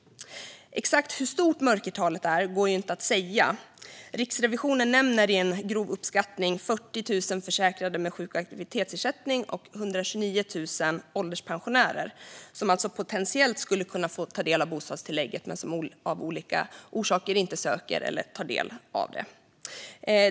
Exakt hur stort mörkertalet är går inte att säga. Riksrevisionen nämner i en grov uppskattning 40 000 försäkrade med sjuk och aktivitetsersättning och 129 000 ålderspensionärer, som alltså potentiellt skulle kunna få ta del av bostadstillägget men som av olika orsaker inte söker det eller tar del av det.